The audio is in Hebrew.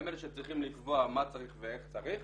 הם אלה שצריכים לקבוע מה צריך ואיך צריך